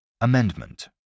Amendment